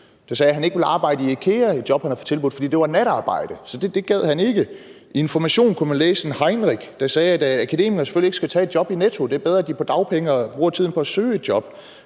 et job, han havde fået tilbudt, fordi det var natarbejde, så det gad han ikke. I Information kunne man læse om Heinrich, der sagde, at akademikere selvfølgelig ikke skal tage et job i Netto. Det er bedre, de er på dagpenge og bruger tiden